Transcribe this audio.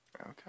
Okay